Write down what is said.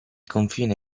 confine